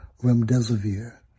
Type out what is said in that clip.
Remdesivir